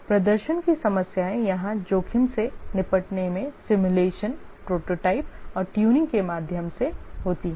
प्रदर्शन की समस्याएं यहां जोखिम से निपटने के सिमुलेशन प्रोटोटाइप और ट्यूनिंग के माध्यम से होती हैं